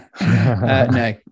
no